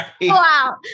Wow